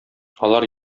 алар